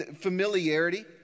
Familiarity